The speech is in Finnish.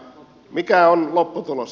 mikä on lopputulos